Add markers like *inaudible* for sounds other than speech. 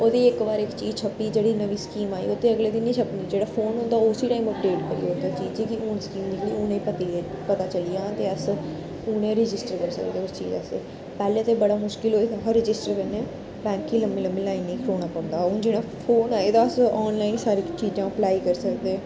ओह्दी इक बार इक चीज़ छप्पी जेह्ड़ी नमीं स्कीम आई ओह् ते अगले दिन नी छप्पनी जेह्ड़ा फोन होदा ओह् उस टाइम अपडेट करी उड़दा चीज़ जेह्ड़ी हून स्कीम निकली हूनै ऐ *unintelligible* पता चली जा ते अस हूनै रिजिस्टर करी सकदे उस चीज़ गी अस पैह्ले ते बड़ा मुश्कल होंदा हा रजिस्टर करने बैंक लम्मी लम्मीं लाइनें खड़ोना पौंदा हा हून जेह्ड़ा फोन आई दा अस आनलाइन सब हर इक चीज़ा अपलाई करी सकदे